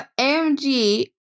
AMG